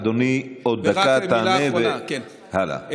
אדוני, עוד דקה תענה והלאה.